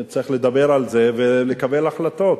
צריך לדבר על זה ולקבל החלטות.